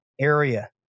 area